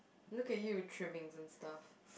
look at you trimmings and stuff